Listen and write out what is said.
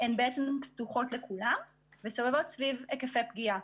הן בעצם פתוחות לכולם וסובבות סביב היקפי פגיעה.